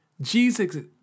Jesus